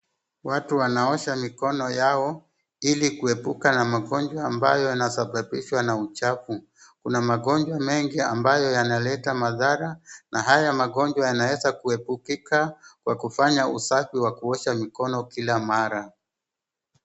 Watu wanaosha mikono yao ili kuepuka na magonjwa ambayo yanasababishwa na uchafu. Kuna magonjwa mengi ambayo yanaleta madhara na haya magonjwa yanaweza kuepukika kwa kufanya usafi wa kuosha mikono kila mara.